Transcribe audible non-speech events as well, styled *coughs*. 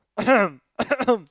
*coughs*